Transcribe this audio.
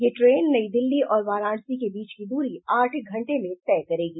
यह ट्रेन नई दिल्ली और वाराणसी के बीच की दूरी आठ घंटे में तय करेगी